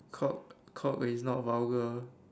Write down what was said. cock cock is not vulgar